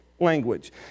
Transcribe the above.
language